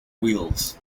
wheels